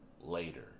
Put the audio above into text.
later